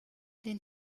den